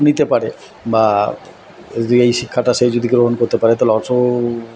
নিতে পারে বা এই যে এই শিক্ষাটা সে যদি গ্রহণ করতে পারে তাহলে অচল